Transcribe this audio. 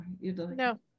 No